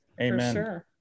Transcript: amen